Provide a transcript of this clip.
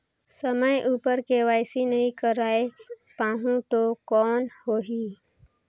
समय उपर के.वाई.सी नइ करवाय पाहुं तो कौन होही?